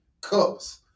cups